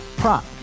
prop